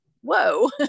whoa